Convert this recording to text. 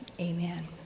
amen